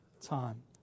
time